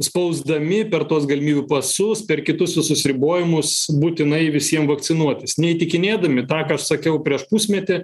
spausdami per tuos galimybių pasus per kitus visus ribojimus būtinai visiem vakcinuotis ne įtikinėdami tą ką aš sakiau prieš pusmetį